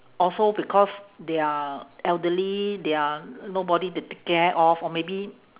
also because they are elderly they are nobody to take care of or maybe